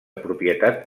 propietat